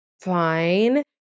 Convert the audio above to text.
fine